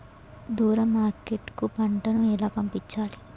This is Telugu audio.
దూరం మార్కెట్ కు పంట ను ఎలా పంపించాలి?